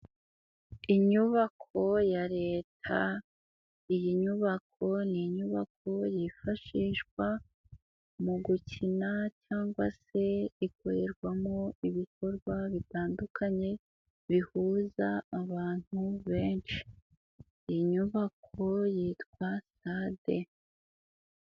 Inyubako ya Leta, iyi nyubako ni inyubako yifashishwa mu gukina cyangwa se ikorerwamo ibikorwa bitandukanye bihuza abantu benshi, iyi nyubako yitwa sitade.